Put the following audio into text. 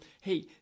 Hey